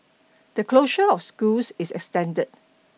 the closure of schools is extended